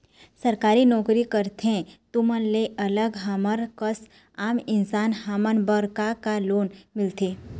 सरकारी नोकरी करथे तुमन ले अलग हमर कस आम इंसान हमन बर का का लोन मिलथे?